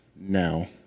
now